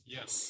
Yes